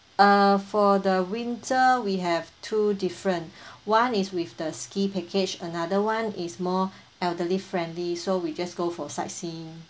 uh for the winter we have two different one is with the ski package another one is more elderly friendly so we just go for sightseeing